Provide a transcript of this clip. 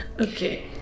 Okay